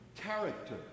character